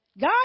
God